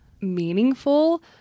meaningful